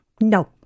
No